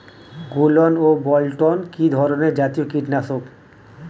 গোলন ও বলটন কি ধরনে জাতীয় কীটনাশক?